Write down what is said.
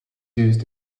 used